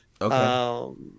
Okay